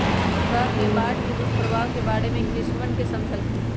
sir ने बाढ़ के दुष्प्रभाव के बारे में कृषकवन के समझल खिन